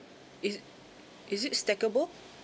is is it stackable